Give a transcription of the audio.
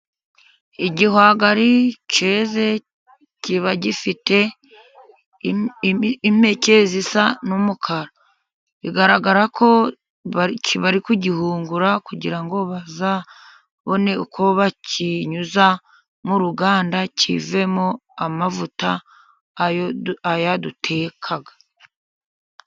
Igihwagari cyeze kiba gifite impeke zisa n'umukara, bigaragara ko bari kugihungura kugira ngo bazabone uko bakinyuza mu ruganda, kivemo amavuta aya duteka.